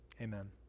Amen